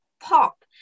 pop